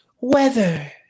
Weather